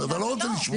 אתה לא רוצה לשמוע.